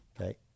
Okay